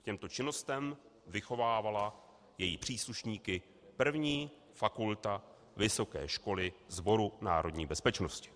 K těmto činnostem vychovávala její příslušníky 1. fakulta Vysoké školy Sboru národní bezpečnosti.